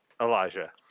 Elijah